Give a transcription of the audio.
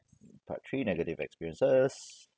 part three negative experiences